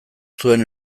zuen